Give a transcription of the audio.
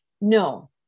No